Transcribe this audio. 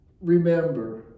remember